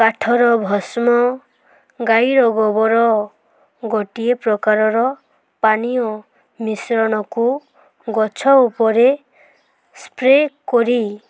କାଠର ଭଷ୍ମ ଗାଈର ଗୋବର ଗୋଟିଏ ପ୍ରକାରର ପାନୀୟ ମିଶ୍ରଣକୁ ଗଛ ଉପରେ ସ୍ପ୍ରେ କରି